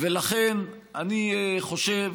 לכן, אני חושב